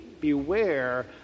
beware